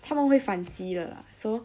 他们会反击的 lah so